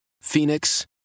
Phoenix